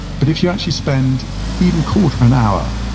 but if you actually spend even quarter of an hour